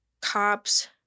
cops